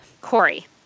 Corey